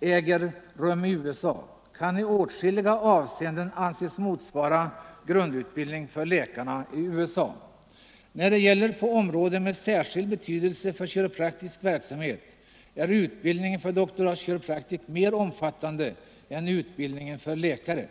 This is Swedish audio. finns att tillgå i USA, kan i åtskilliga avseenden anses motsvara grund utbildningen för läkare i USA. När det gäller områden av särskild betydelse Nr 109 för kiropraktisk verksamhet är utbildningen för Doctors of Chiropractic mer Onsdagen den omfattande än utbildningen för läkare.